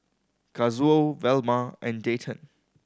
Kazuo Velma and Dayton